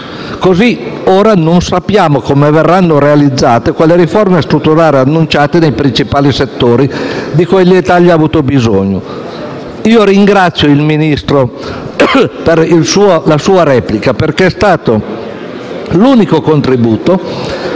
ora non sappiamo come verranno realizzate le riforme strutturali annunciate nei principali settori di cui l'Italia ha bisogno. Ringrazio il Ministro per la sua replica, perché è stato l'unico contributo